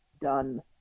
done